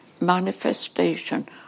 manifestation